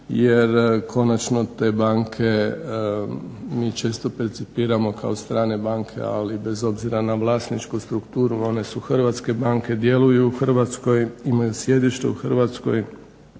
jer konačno te banke mi često percipiramo kao strane banke, ali bez obzira na vlasničku strukturu one su hrvatske banke, djeluju u Hrvatskoj, imaju sjedište u Hrvatskoj